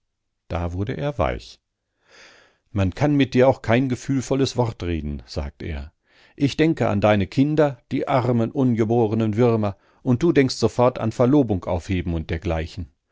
da wurde er weich man kann mit dir auch kein gefühlvolles wort reden sagt er ich denke an deine kinder die armen ungeborenen würmer und du denkst sofort an verlobungaufheben und dergleichen